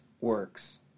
works